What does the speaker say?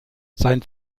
sein